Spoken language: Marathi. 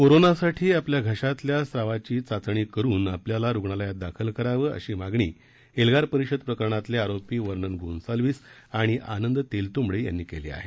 कोरोनासाठी आपल्या घशातल्या स्त्रावाची चाचणी करुन आपल्याला रुग्णालयात दाखल करावं अशी मागणी एल्गार परिषद प्रकरणातले आरोपी व्हर्नन गोन्सालवीस आणि आनंद तेलतंबडे यांनी केली आहे